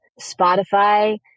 Spotify